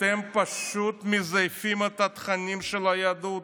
אתם פשוט מזייפים את התכנים של היהדות,